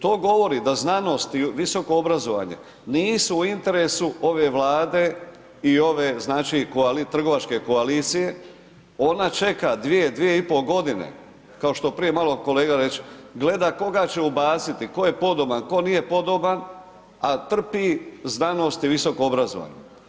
To govori da znanost i visoko obrazovanje, nisu u interesu ove Vlade i ove, znači trgovačke koalicije, ona čeka 2-2,5 godine, kao što prije malo kolega reče, gleda koga će ubaciti, tko je podoban, tko nije podoban, a trpi znanosti i visoko obrazovanje.